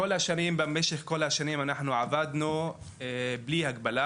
במשך כל השנים אנחנו עבדנו בלי הגבלה